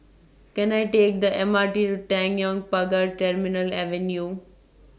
Can I Take The M R T to Tanjong Pagar Terminal Avenue